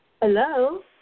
Hello